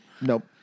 Nope